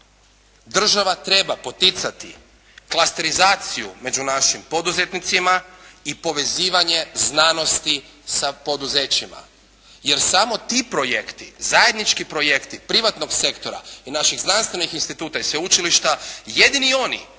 država treba poticati klasterizaciju među našim poduzetnicima i povezivanje znanosti sa poduzećima jer samo ti projekti, zajednički projekti privatnog sektora i naših znanstvenih instituta i sveučilišta jedini oni